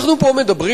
אנחנו פה מדברים,